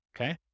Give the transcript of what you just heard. Okay